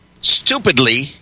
stupidly